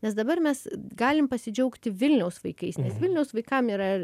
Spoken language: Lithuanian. nes dabar mes galim pasidžiaugti vilniaus vaikais nes vilniaus vaikam yra